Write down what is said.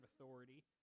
authority